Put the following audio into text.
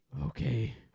Okay